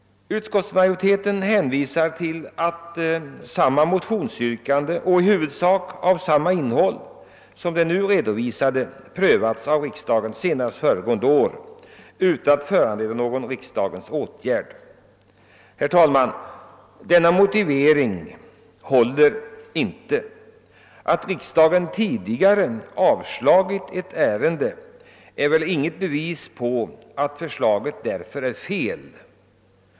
Utskottsmajoriteten hänvisar till att motioner med samma yrkanden och även i övrigt med huvudsakligen samma innehåll som de nu föreliggande prövats av riksdagen senast föregående år utan att föranleda någon riksdagens åtgärd. Men denna motivering håller inte, herr talman. Att riksdagen tidigare avvisat ett förslag är väl inget bevis för att förslaget är felaktigt.